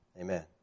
Amen